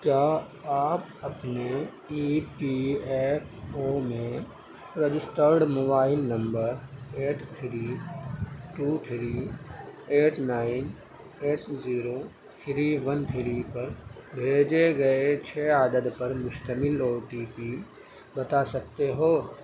کیا آپ اپنے ای پی ایف او میں registered mobile number eight three two three eight nine eight zero three one three پر بھیجے گئے چھ عدد پر مشتمل او ٹی پی بتا سکتے ہو